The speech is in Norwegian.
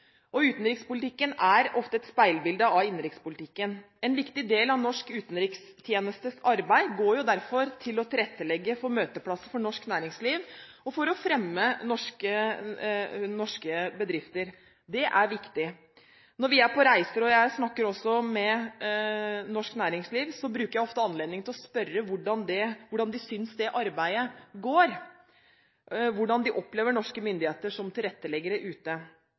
Utenrikspolitikken er ofte et speilbilde av innenrikspolitikken. En viktig del av norsk utenrikstjenestes arbeid går derfor til å tilrettelegge for møteplasser for norsk næringsliv, og for å fremme norske bedrifter. Det er viktig. Når vi er på reiser, og jeg snakker også med norsk næringsliv, bruker jeg ofte anledningen til å spørre om hvordan de synes det arbeidet går, hvordan de opplever norske myndigheter som tilretteleggere ute.